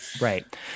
Right